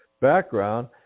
background